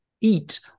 eat